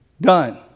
done